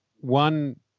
one